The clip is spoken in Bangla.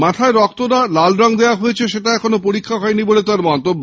মাথায় রক্ত না লাল রঙ দেওয়া হয়েছে সেটা এখনো পরীক্ষা হয়নি বলে তাঁর মন্তব্য